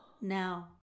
now